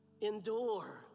endure